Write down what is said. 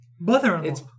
mother-in-law